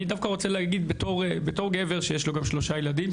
אני דווקא רוצה להגיד בתור גבר שיש לו שלושה ילדים,